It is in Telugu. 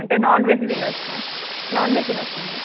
అంటే నాన్ వెజ్ తినవచ్చా నాన్ వెజ్ తిని వచ్చాను అండి